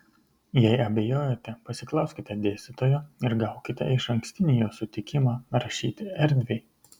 jei abejojate pasiklauskite dėstytojo ir gaukite išankstinį jo sutikimą rašyti erdviai